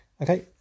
Okay